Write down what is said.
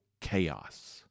chaos